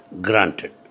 granted